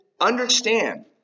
Understand